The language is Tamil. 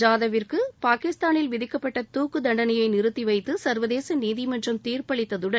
ஜாதவிற்கு பாகிஸ்தானில் விதிக்கப்பட்ட தூக்கு தண்டனையை நிறத்திவைத்து சர்வதேச நீதிமன்றம் தீரப்பளித்ததுடன்